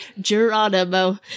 Geronimo